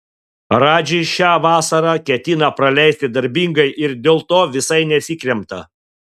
radži šią vasarą ketina praleisti darbingai ir dėl to visai nesikremta